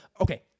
okay